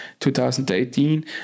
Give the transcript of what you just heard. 2018